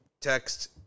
text